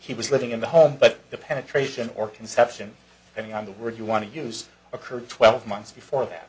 he was living in the home but the penetration or conception i mean on the words you want to use occurred twelve months before that